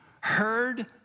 heard